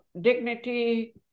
dignity